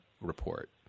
report